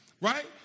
Right